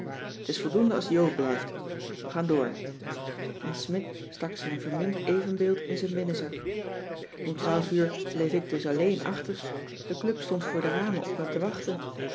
t is voldoende als jo blijft we gaan door en smidt stak zijn verminkt evenbeeld in zijn binnenzak om twaalf uur bleef ik dus alleen achter de club stond voor de ramen op me te wachten